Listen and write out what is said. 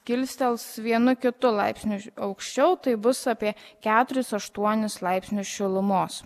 kilstels vienu kitu laipsniu aukščiau tai bus apie keturis aštuonis laipsnius šilumos